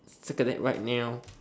circle that right now